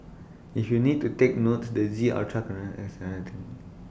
if you need to take notes the Z ultra can